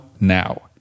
now